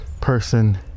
person